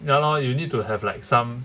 ya lor you need to have like some